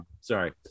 sorry